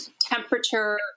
temperature